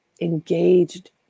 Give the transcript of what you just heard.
engaged